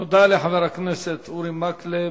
תודה לחבר הכנסת אורי מקלב.